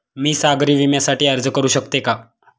मी सागरी विम्यासाठी अर्ज करू शकते का?